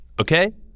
okay